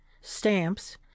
stamps